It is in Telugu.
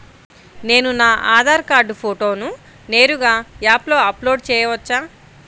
నేను నా ఆధార్ కార్డ్ ఫోటోను నేరుగా యాప్లో అప్లోడ్ చేయవచ్చా?